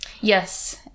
Yes